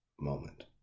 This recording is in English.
moment